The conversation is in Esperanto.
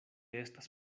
estas